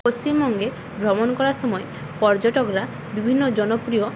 পশ্চিমবঙ্গে ভ্রমণ করার সময় পর্যটকরা বিভিন্ন জনপ্রিয়